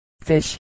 fish